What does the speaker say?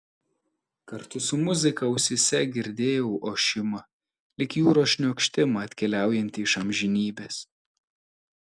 kartu su muzika ausyse girdėjau ošimą lyg jūros šniokštimą atkeliaujantį iš amžinybės